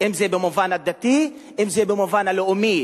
אם זה במובן הדתי ואם זה במובן הלאומי.